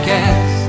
Cast